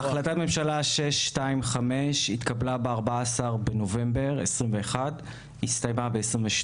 החלטת ממשלה 625 התקבלה ב-14 בנובמבר 2021 והסתיימה ב-2022.